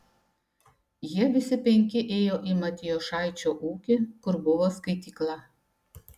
jie visi penki ėjo į matijošaičio ūkį kur buvo skaitykla